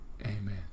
Amen